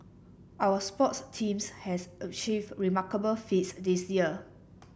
our sports teams has achieved remarkable feats this year